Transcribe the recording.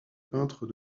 peintres